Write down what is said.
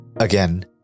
Again